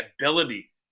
ability